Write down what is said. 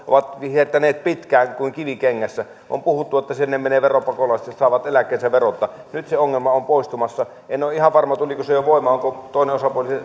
ja ovat hiertäneet pitkään kuin kivi kengässä ja on puhuttu että sinne menevät veropakolaiset ja saavat eläkkeensä verotta nyt se ongelma on poistumassa en ole ihan varma tuliko se jo jo voimaan onko toinen osapuoli